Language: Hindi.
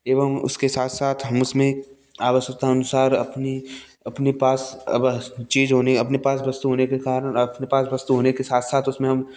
एवं उसके साथ साथ हम उसमें आवश्यकता अनुसार अपनी अपने पास चीज़ होनी अपने पास वस्तु होने के कारण अपने पास वस्तु होने के साथ साथ उसमें हम